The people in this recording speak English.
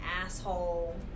asshole